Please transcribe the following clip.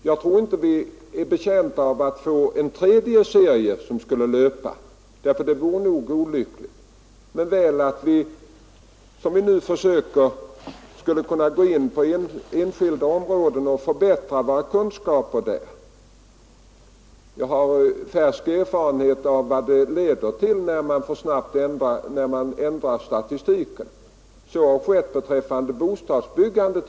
Jag tror inte vi är betjänta av att få en tredje löpande serie, ty det vore nog olyckligt. Men jag tror väl att vi, som vi försöker, skulle kunna gå in på enskilda områden och förbättra våra kunskaper där. Jag har färsk erfarenhet av vad det leder till när man ändrar statistiken. Så har skett beträffande bostadsbyggandet.